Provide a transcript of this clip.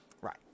Right